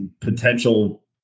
potential